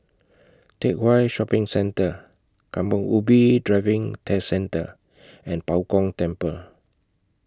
Teck Whye Shopping Centre Kampong Ubi Driving Test Centre and Bao Gong Temple